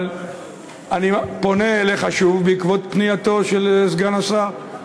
אבל אני פונה אליך שוב בעקבות פנייתו של סגן השר.